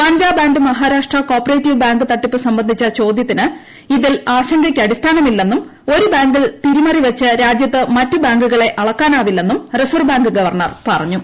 Punjab and Maharashtra cooperative bank തട്ടിപ്പ് സംബന്ധിച്ച ചോദ്യത്തിന് ഇതിൽ ആശങ്കയ്ക്കടിസ്ഥാനമില്ലെന്നും ഒരു ബാങ്കിൽ തിരിമറിവച്ച് രാജ്യത്ത് മറ്റ് ബാങ്കുകളെ അളക്കാനാവില്ലെന്നും റിസർവ് ബാങ്ക് ഗവർണർ പറഞ്ഞു